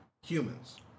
humans